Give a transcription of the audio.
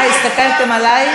אה, הסתכלתם עלי?